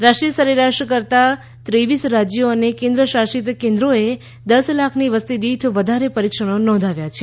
રાષ્ટ્રીય સરેરાશકરતાં ત્રેવીસ રાજ્યોઅને કેન્દ્રશાસિત કેન્દ્રોએ દસ લાખની વસતિદીઠ વધારે પરીક્ષણો નોંધાવ્યા છે